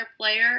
player